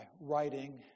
writing